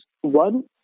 One